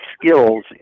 skills